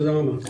תודה רבה.